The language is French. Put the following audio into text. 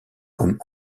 comme